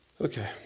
Okay